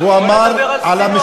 בוא נדבר על ספינות.